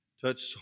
touch